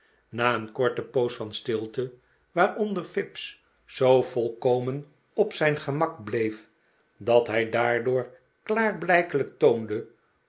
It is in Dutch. na een korte poos van stilte waaronder fips zoo volkomen op zijn gemak bleef dat hij daardoor klaarblijkelijk toonde